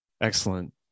excellent